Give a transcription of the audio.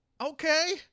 okay